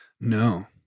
No